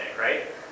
right